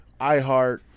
iHeart